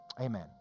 amen